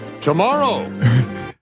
tomorrow